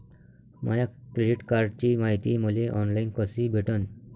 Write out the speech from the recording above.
माया credit कार्डची मायती मले ऑनलाईन कसी भेटन?